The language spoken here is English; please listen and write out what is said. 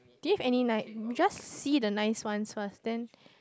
do you any nice we just see the nice one first then